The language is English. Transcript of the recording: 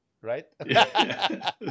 right